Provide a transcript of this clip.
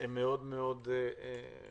הם מאוד מאוד חשובים,